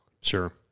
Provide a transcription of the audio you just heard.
Sure